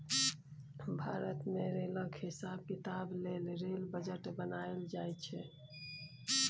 भारत मे रेलक हिसाब किताब लेल रेल बजट बनाएल जाइ छै